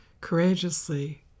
courageously